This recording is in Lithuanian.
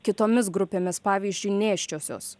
kitomis grupėmis pavyzdžiui nėščiosios